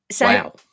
Wow